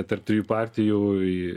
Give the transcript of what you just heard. tarp trijų partijų į